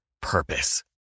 purpose